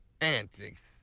Antics